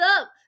up